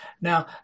Now